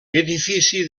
edifici